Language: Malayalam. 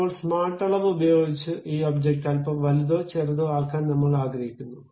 ഇപ്പോൾ സ്മാർട്ട് അളവ് ഉപയോഗിച്ച് ഈ ഒബ്ജക്റ്റ് അൽപ്പം വലുതോ ചെറുതോ ആക്കാൻ നമ്മൾ ആഗ്രഹിക്കുന്നു